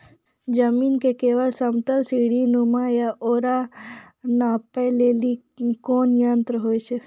जमीन के लेवल समतल सीढी नुमा या औरो नापै लेली कोन यंत्र होय छै?